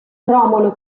romolo